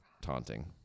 taunting